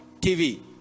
TV